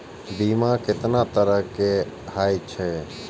बीमा केतना तरह के हाई छै?